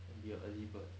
and be a early bird